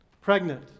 pregnant